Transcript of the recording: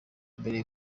mbere